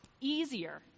easier